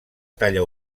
talla